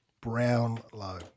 Brownlow